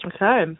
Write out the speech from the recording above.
Okay